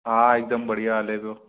हा हिकदमि बढ़िया हले थो